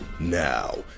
Now